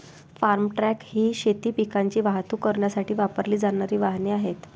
form truck ही शेती पिकांची वाहतूक करण्यासाठी वापरली जाणारी वाहने आहेत